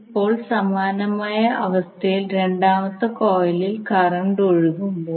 ഇപ്പോൾ സമാനമായ അവസ്ഥയിൽ രണ്ടാമത്തെ കോയിലിൽ കറന്റ് ഒഴുകുമ്പോൾ